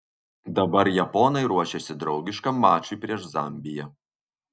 dabar japonai ruošiasi draugiškam mačui prieš zambiją